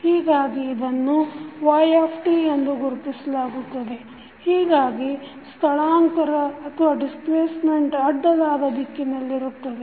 ಹೀಗಾಗಿ ಇದನ್ನು yt ಗುರುತಿಸಲಾಗುತ್ತದೆ ಹೀಗಾಗಿ ಸ್ಥಳಾಂತರ displacement ಅಡ್ಡಲಾದ ದಿಕ್ಕಿನಲ್ಲಿರುತ್ತದೆ